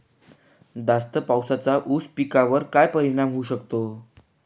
जास्त पावसाचा ऊस पिकावर काय परिणाम होऊ शकतो?